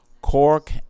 cork